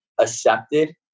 accepted